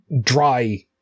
dry